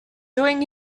doing